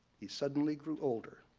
he suddenly grew older.